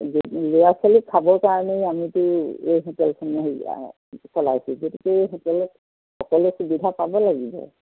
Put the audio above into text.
ল'ৰা ছোৱালীক খাবৰ কাৰণেই আমিতো এই হোটেলখন চলাইছোঁ গতিকে এই হোটেলত সকলোৱে সুবিধা পাব লাগিব